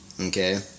Okay